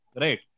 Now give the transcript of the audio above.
Right